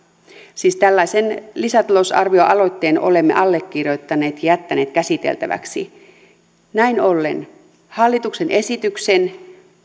siis tällaisen lisätalousarvioaloitteen olemme allekirjoittaneet ja jättäneet käsiteltäväksi näin ollen hallituksen esityksen